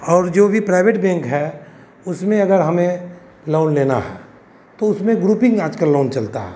और जो भी प्राइवेट बेंक है उसमें अगर हमें लोन लेना है तो उसमें ग्रुपिंग आज कल लोन चलता है